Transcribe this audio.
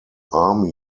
army